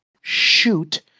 shoot